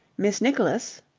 miss nicholas.